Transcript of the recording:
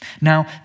Now